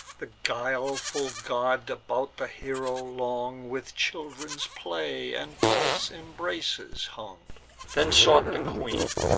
the guileful god about the hero long, with children's play, and false embraces, hung then sought the queen